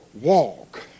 walk